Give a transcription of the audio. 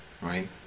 right